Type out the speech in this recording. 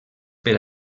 per